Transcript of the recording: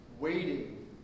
waiting